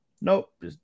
Nope